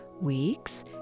week's